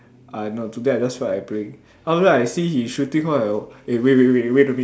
ah no today I just feel like playing all the way I see he shooting what eh wait wait wait wait a minute